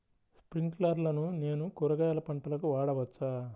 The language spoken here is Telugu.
స్ప్రింక్లర్లను నేను కూరగాయల పంటలకు వాడవచ్చా?